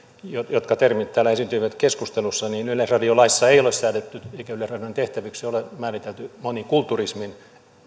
jotka termit täällä esiintyivät keskustelussa niin yleisradiolaissa ei ole säädetty eikä yleisradion tehtäväksi ole määritelty monikulturismin